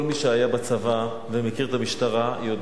כל מי שהיה בצבא ומכיר את המשטרה יודע